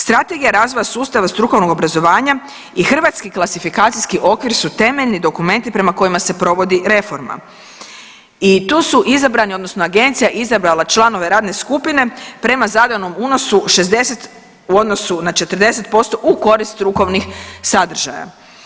Strategija razvoja sustava strukovnog obrazovanja i Hrvatski klasifikacijski okvir su temeljni dokumenti prema kojima se provodi reforma i tu su izabrani odnosno agencija je izabrala članove radne skupine prema zadanom unosu 60 u odnosu na 40% u korist strukovnih sadržaja.